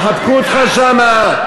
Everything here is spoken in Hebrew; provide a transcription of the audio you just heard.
יחבקו אותך שם,